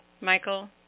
Michael